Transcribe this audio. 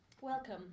welcome